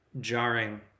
jarring